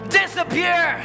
disappear